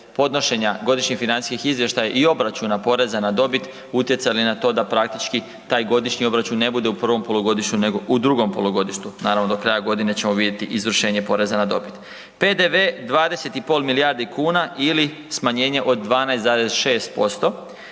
podnošenja godišnjih financijskih izvještaja i obračuna poreza na dobit, utjecali na to da praktički taj godišnji obračun ne bude u prvom polugodištu nego u drugom polugodištu. Naravno do kraja godine ćemo vidjeti izvršenje poreza na dobit. PDV 20,5 milijardi kuna ili smanjenje od 12,6%,